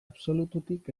absolututik